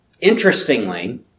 Interestingly